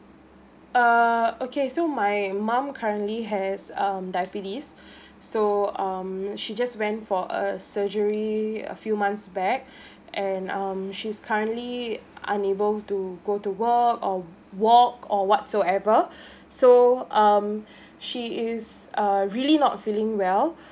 err okay so my mum currently has um diabetes so um she just went for a surgery a few months back and um she's currently unable to go to work or walk or whatsoever so um she is uh really not feeling well